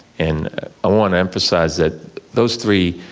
and i wanna emphasize that those three